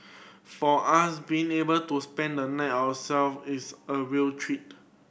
for us being able to spend the night ourselves is a real treat